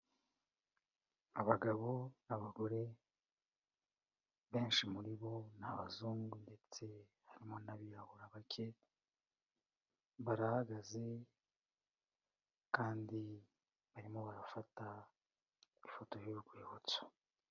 Abagabo n'abagore, benshi muri bo ni abazungu ndetse harimo n'abirabura bake, barahagaze kandi barimo barafata ifoto y'urwibutso.